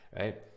Right